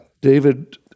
David